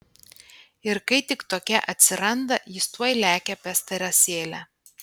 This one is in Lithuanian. ir kai tik tokia atsiranda jis tuoj lekia pas teresėlę